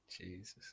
Jesus